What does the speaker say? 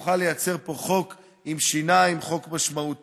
נוכל לייצר פה חוק עם שיניים, חוק משמעותי,